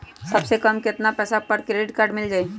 सबसे कम कतना पैसा पर क्रेडिट काड मिल जाई?